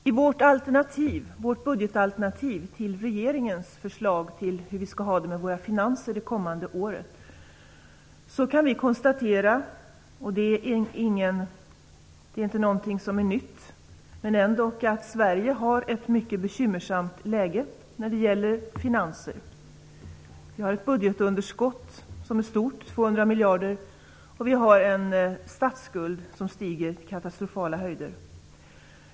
Fru talman! Socialdemokraterna har ett alternativ till regeringens förslag om finanserna under det kommande året. Vi kan konstatera att Sverige är i ett mycket bekymmersamt läge när det gäller detta; det är inte något nytt. Vi har ett stort budgetunderskott på 200 miljarder. Statsskulden stiger till katastrofala höjder.